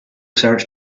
search